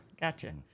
gotcha